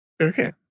Okay